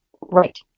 Right